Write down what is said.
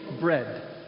bread